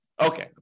Okay